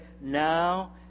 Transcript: now